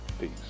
Peace